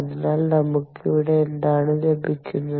അതിനാൽ നമുക്ക് ഇവിടെ എന്താണ് ലഭിക്കുന്നത്